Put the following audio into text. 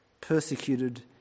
persecuted